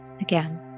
Again